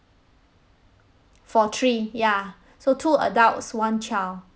for three ya so two adults one child